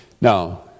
Now